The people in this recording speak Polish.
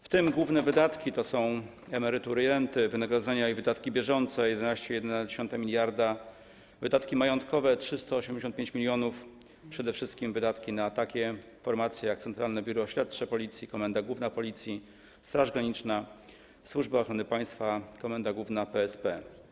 W tym główne wydatki obejmują emerytury i renty, wynagrodzenia i wydatki bieżące - 11,1 mld zł, wydatki majątkowe - 385 mln zł, przede wszystkim wydatki na takie formacje, jak: Centralne Biuro Śledcze Policji, Komenda Główna Policji, Straż Graniczna, Służba Ochrony Państwa, Komenda Główna PSP.